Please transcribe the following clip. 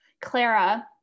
Clara